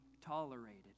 tolerated